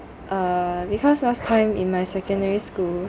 uh because last time in my secondary school